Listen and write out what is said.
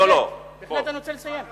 לא, אתה לא רוצה לסיים.